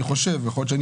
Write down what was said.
אני חושב, וייתכן שאני